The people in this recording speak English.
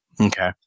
Okay